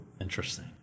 Interesting